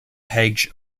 hedge